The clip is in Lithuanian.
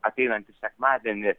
ateinantį sekmadienį